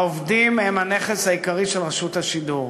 העובדים הם הנכס העיקרי של רשות השידור.